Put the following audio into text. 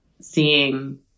seeing